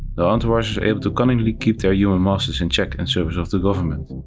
the entourages are able to cunningly keep their human masters in check in service of the government.